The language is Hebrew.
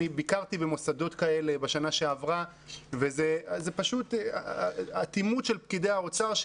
אני ביקרתי במוסדות כאלה בשנה שעברה וזה פשוט אטימות של פקידי האוצר.